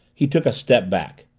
he took a step back.